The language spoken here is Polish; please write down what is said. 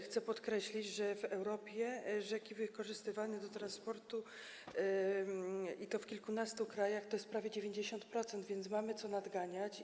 Chcę podkreślić, że w Europie rzek wykorzystywanych do transportu, i to w kilkunastu krajach, jest prawie 90%, więc mamy co nadganiać.